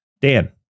Dan